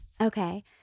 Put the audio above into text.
Okay